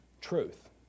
truth